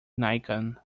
nikon